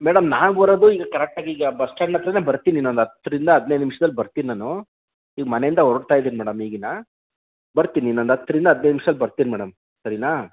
madam ನಾನು ಬರೋದು ಈಗ ಕರೆಕ್ಟಾಗೀಗ ಬಸ್ಟಾಂಡ್ ಹತ್ತಿರನೇ ಬರ್ತೀನಿ ಇನ್ನೊಂದು ಹತ್ತರಿಂದ ಹದಿನೈದು ನಿಮಿಷದಲ್ಲಿ ಬರ್ತಿನಿ ನಾನು ಈಗ ಮನೆಂದ ಹೊರಡ್ತಾ ಇದ್ದೀನಿ ಮೇಡಮ್ ಈಗಿನ್ನೂ ಬರ್ತೀನಿ ಇನ್ನೊಂದು ಹತ್ತರಿಂದ ಹದಿನೈದು ನಿಮಿಷದಲ್ಲಿ ಬರ್ತೀನಿ ಮೇಡಮ್ ಸರಿಯಾ